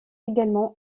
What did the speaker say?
également